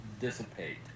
dissipate